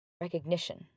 recognition